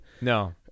no